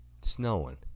snowing